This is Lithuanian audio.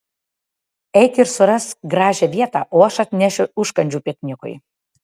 eik ir surask gražią vietą o aš atnešiu užkandžių piknikui